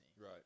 Right